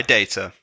Data